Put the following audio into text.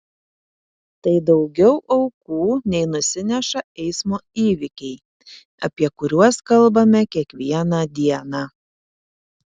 tai daugiau aukų nei nusineša eismo įvykiai apie kuriuos kalbame kiekvieną dieną